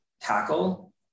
tackle